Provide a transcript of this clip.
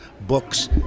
books